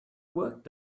work